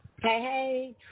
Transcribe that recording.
Hey